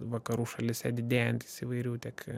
vakarų šalyse didėjantis įvairių tiek